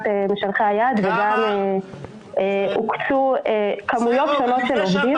רשימה והוקצו כמויות שונות של עובדים.